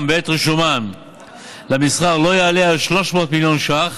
בעת רישומן למסחר לא יעלה על 300 מיליון ש"ח,